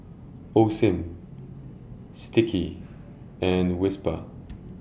Osim Sticky and Whisper